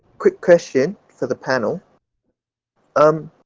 could cushion for the panel um